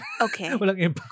Okay